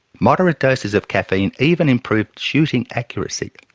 moderate doses of caffeine even improved shooting accuracy.